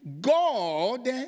God